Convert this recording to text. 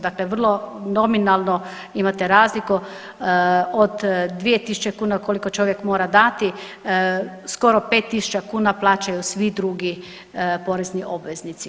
Dakle, vrlo nominalno imate razliku od 2.000 kuna koliko čovjek mora dati skoro 5.000 kuna plaćaju svi drugi porezni obveznici.